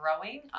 growing